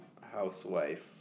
housewife